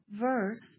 verse